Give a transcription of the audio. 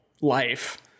life